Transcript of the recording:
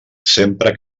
sempre